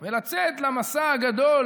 ולצאת למסע הגדול